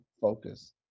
Focus